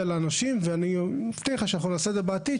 לאנשים ואני מבטיח לך שאנחנו נעשה את זה בעתיד,